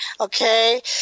okay